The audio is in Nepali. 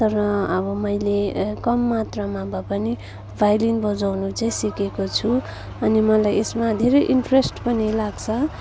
तर अब मैले कम मात्रामा भए पनि भाइलिन बजाउनु चाहिँ सिकेको छु अनि मलाई यसमा धेरै इन्ट्रेस्ट पनि लाग्छ